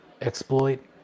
exploit